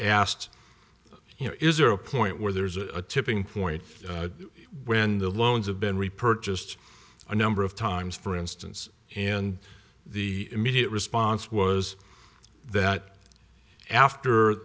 asked you know is there a point where there's a tipping point when the loans have been repurchased a number of times for instance and the immediate response was that after